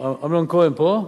אמנון כהן פה?